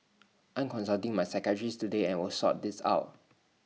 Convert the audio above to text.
I'm consulting my psychiatrist today and will sort this out